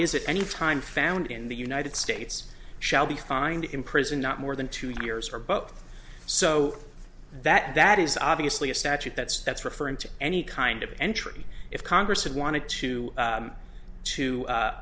is it any time found in the united states shall be fined imprisoned not more than two years or both so that that is obviously a statute that's that's referring to any kind of entry if congress had wanted to to